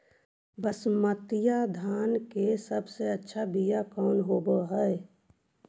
बसमतिया धान के सबसे अच्छा बीया कौन हौब हैं?